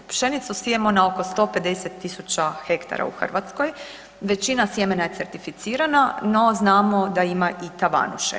Pšenicu sijemo na oko 150.000 hektara u Hrvatskoj, većina sjemena je certificirana no znamo da ima i tavanuše.